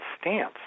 stance